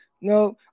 no